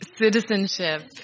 citizenship